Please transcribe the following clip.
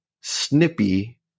Snippy